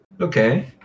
Okay